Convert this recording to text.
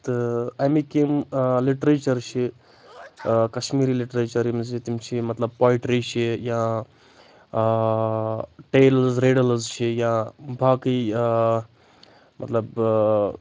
تہٕ اَمِکۍ یِم لِٹریچَر چھِ کشمیٖری لِٹریچَر یِم زِ تِم چھِ مطلب پویٹری چھِ یا آ ٹیلٕز رِڈٕلٕز چھِ یا باقٕے آ مطلب اۭں